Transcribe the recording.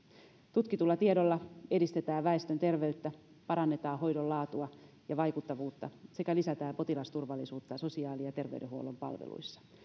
tutkitulla tiedolla edistetään väestön terveyttä parannetaan hoidon laatua ja vaikuttavuutta sekä lisätään potilasturvallisuutta sosiaali ja terveydenhuollon palveluissa